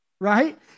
right